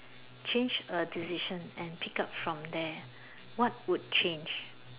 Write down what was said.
change a decision and pick up from there what would change